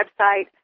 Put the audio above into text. website